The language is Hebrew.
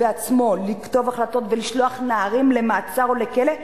בעצמו לכתוב החלטות ולשלוח נערים למעצר או לכלא,